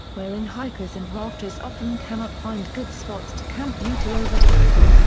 wherein hikers and rafters often cannot find good spots to camp due to overgrowth.